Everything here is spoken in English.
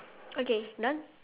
okay done